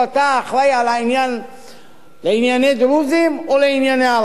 אתה אחראי לענייני דרוזים או לענייני ערבים.